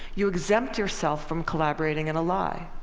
you exempt yourself from collaborating in a lie.